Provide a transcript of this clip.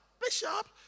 bishop